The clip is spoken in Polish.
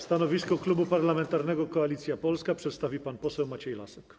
Stanowisko Klubu Parlamentarnego Koalicja Polska przedstawi pan poseł Maciej Lasek.